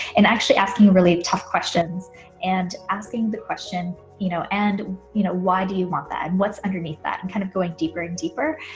and actually asking really tough questions and asking the question you know and you know why do you want that, what's underneath that, kind of going deeper and deeper,